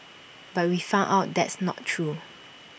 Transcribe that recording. but we found out that's not true